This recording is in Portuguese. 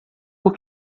por